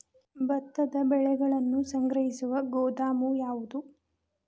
ಭತ್ತದ ಬೆಳೆಯನ್ನು ಸಂಗ್ರಹಿಸುವ ಗೋದಾಮು ಯಾವದು?